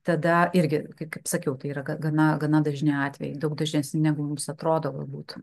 tada irgi kaip sakiau tai yra gana gana dažni atvejai daug dažnesni negu mums atrodo galbūt